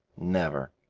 never.